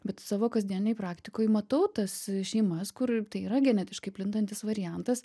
bet savo kasdienėj praktikoj matau tas šeimas kur tai yra genetiškai plintantis variantas